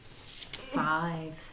Five